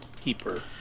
keeper